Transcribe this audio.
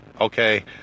okay